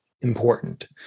important